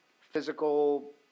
physical